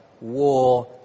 war